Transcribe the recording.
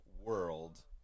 world